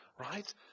right